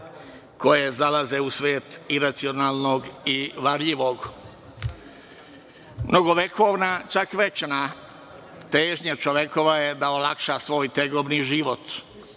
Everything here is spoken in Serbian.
koje zalaze u svet iracionalnog i varljivog, mnogovekovna čak večna težnja čovekova je da olakša svoj tegobni život,